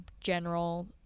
general